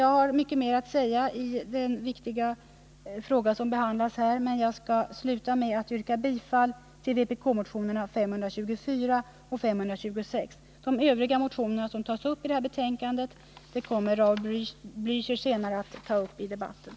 Jag har mycket mer att säga i denna viktiga fråga, men jag skall ändå sluta med att yrka bifall till vbk-motionerna 524 och 526 i berörda delar. De övriga vpk-motioner som behandlas i betänkandet kommer Raul Blächer att återkomma till senare i debatten.